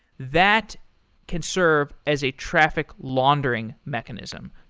that can serve as a traffic laundering mechanism.